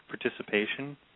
participation